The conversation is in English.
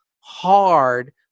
hard